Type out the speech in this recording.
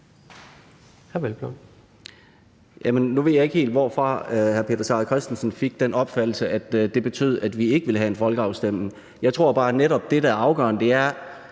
nu ved jeg ikke helt, hvorfra hr. Peter Seier Christensen fik den opfattelse, at det betød, at vi ikke ville have en folkeafstemning. Jeg tror netop bare, at det, der er afgørende, er,